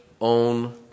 own